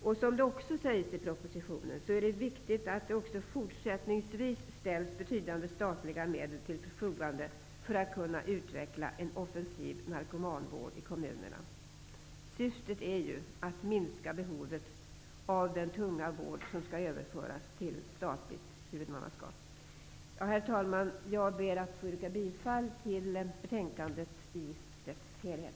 Det sägs också i propositionen att det är viktigt att det också fortsättningsvis ställs betydliga statliga medel till förfogande för att kunna utveckla en offensiv narkomanvård i kommunerna. Syftet är ju att minska behovet av den tunga vård som skall överföras till statligt huvudmannaskap. Herr talman! Jag ber att få yrka bifall till utskottets hemställan.